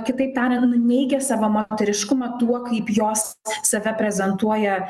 kitaip tariant nuneigia savo moteriškumą tuo kaip jos save prezentuoja